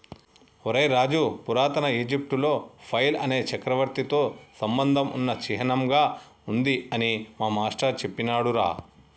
ఒరై రాజు పురాతన ఈజిప్టులో ఫైల్ అనేది చక్రవర్తితో సంబంధం ఉన్న చిహ్నంగా ఉంది అని మా మాష్టారు సెప్పినాడురా